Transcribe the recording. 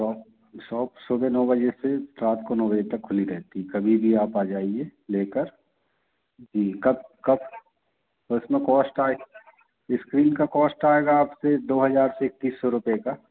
shop shop सुबह नौ बजे से रात को नौ बजे तक खुली रहती है कभी भी आप आ जाईए लेकर जी कब कब तो इसमें कॉस्ट आए स्क्रीन का कॉस्ट आएगा आप से दो हज़ार से इक्तीस सौ रुपये का